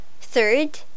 Third